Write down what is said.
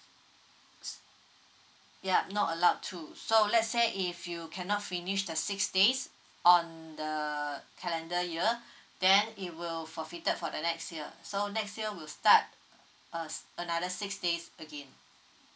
yeah not allowed to so let's say if you cannot finish the six days on the calendar year then it will forfeited for the next year so next year will start uh another six days again